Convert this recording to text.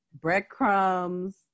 breadcrumbs